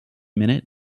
minute